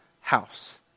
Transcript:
house